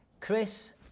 Chris